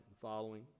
following